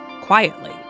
quietly